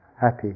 happy